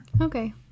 Okay